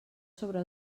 sobre